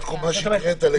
פה אני מפנה